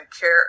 care